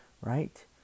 right